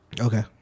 Okay